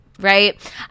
right